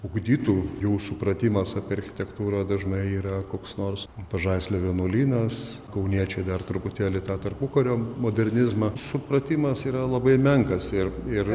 ugdytų jų supratimas apie architektūrą dažnai yra koks nors pažaislio vienuolynas kauniečiai dar truputėlį tą tarpukario modernizmą supratimas yra labai menkas ir ir